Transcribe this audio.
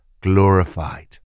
glorified